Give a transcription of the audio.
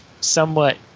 somewhat